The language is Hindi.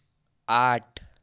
आठ